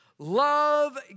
Love